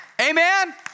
Amen